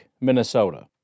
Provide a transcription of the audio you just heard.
Minnesota